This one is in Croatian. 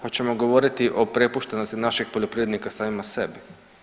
Hoćemo govoriti o prepuštenosti naših poljoprivrednika samima sebi?